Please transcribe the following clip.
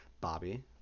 Bobby